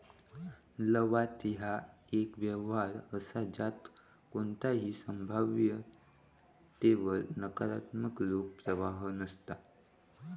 लवाद ह्या एक व्यवहार असा ज्यात कोणताही संभाव्यतेवर नकारात्मक रोख प्रवाह नसता